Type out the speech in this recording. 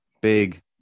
big